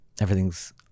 everything's